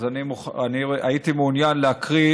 אז אני הייתי מעוניין להקריא